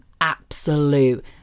absolute